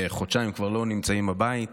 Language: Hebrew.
וחודשיים לא נמצאים בבית,